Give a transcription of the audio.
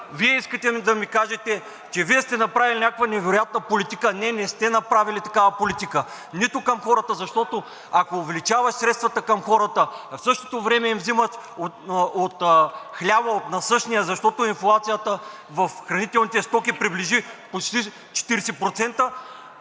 Вие искате да ми кажете, че сте направили някаква невероятна политика?! Не, не сте направили такава политика към хората, защото, ако увеличавате средствата към хората, а в същото време им взимате от хляба – от насъщния, защото инфлацията в хранителните стоки приближи почти 40%